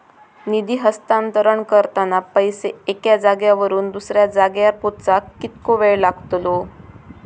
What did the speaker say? निधी हस्तांतरण करताना पैसे एक्या जाग्यावरून दुसऱ्या जाग्यार पोचाक कितको वेळ लागतलो?